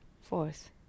Fourth